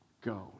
go